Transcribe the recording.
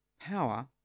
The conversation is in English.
power